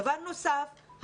דבר נוסף,